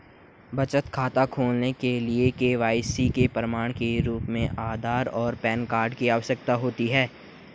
बचत खाता खोलने के लिए के.वाई.सी के प्रमाण के रूप में आधार और पैन कार्ड की आवश्यकता होती है